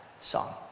song